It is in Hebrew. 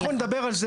אנחנו נדבר על זה.